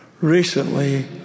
Recently